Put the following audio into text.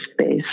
space